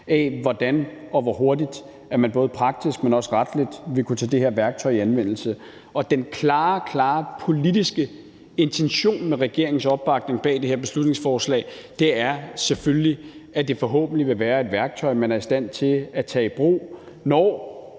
af, hvordan og hvor hurtigt man både praktisk, men også retligt vil kunne tage det her værktøj i anvendelse. Den klare, klare politiske intention med regeringens opbakning til det her beslutningsforslag er selvfølgelig, at det forhåbentlig bliver et værktøj, man er i stand til at tage i brug, når